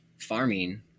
farming